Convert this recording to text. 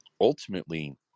ultimately